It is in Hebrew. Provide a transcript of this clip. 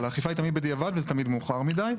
אבל האכיפה היא תמיד בדיעבד וזה תמיד מאוחר מידי.